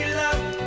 love